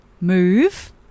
move